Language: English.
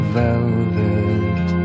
velvet